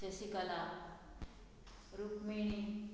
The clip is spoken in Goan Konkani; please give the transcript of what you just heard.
शशिकला रुक्मिणी